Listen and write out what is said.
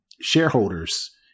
shareholders